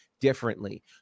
differently